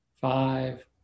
five